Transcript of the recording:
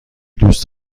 دوست